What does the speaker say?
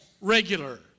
regular